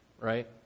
right